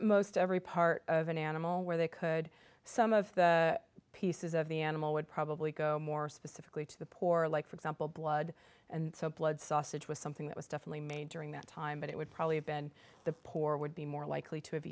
most every part of an animal where they could some of the pieces of the animal would probably go more specifically to the poor like for example blood and so blood sausage was something that was definitely made during that time but it would probably have been the poor would be more likely to have